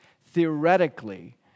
theoretically